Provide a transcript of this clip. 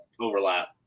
overlap